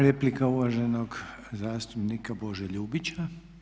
Replika uvaženog zastupnika Bože Ljubića.